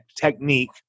technique